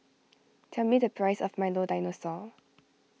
tell me the price of Milo Dinosaur